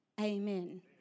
Amen